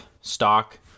stock